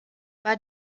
war